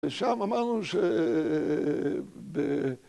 ‫ושם אמרנו ש...